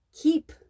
keep